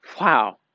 wow